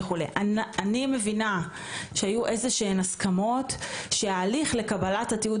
אני מבינה שהיו איזשהן הסכמות שההליך לקבלת התיעוד